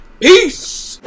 Peace